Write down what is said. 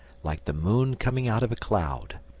like the moon coming out of a cloud,